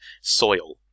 soil